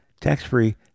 tax-free